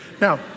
Now